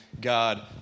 God